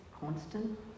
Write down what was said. constant